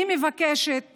אני מבקשת